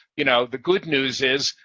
you know the good news is,